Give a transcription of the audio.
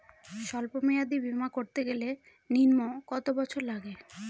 সল্প মেয়াদী বীমা করতে গেলে নিম্ন কত বছর লাগে?